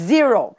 Zero